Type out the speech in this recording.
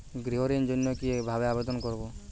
গৃহ ঋণ জন্য কি ভাবে আবেদন করব?